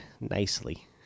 nicely